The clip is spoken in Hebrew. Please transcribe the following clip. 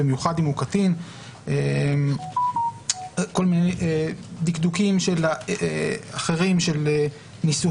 במיוחד אם הוא קטין - כל מיני דקדוקים אחרים של ניסוחים.